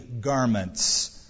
garments